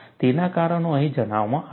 તેના કારણો અહીં જણાવવામાં આવ્યા છે